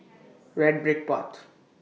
Red Brick Path